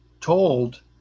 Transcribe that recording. told